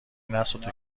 نسوخته